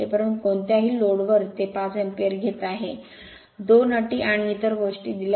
परंतु कोणत्याही लोड वर ते 5 अँपिअर घेत आहे 2 अटी आणि इतर गोष्टी दिल्या आहेत